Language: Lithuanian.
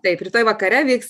taip rytoj vakare vyks